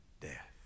death